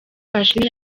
hashize